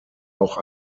auch